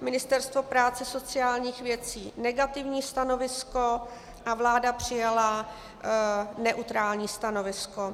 Ministerstvo práce a sociálních věcí negativní stanovisko a vláda přijala neutrální stanovisko.